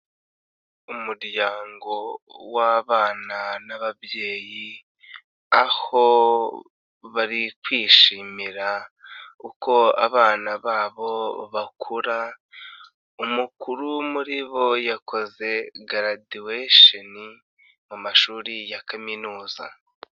Umuryango w'abana n'ababyeyi, aho bari kwishimira uko abana babo bakura, umukuru muri bo yakoze garadiwesheni mu mashuri ya Kaminuza.